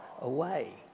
away